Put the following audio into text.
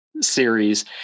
series